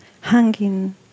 hanging